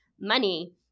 money